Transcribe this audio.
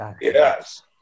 Yes